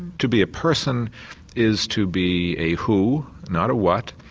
to be a person is to be a who, not a what,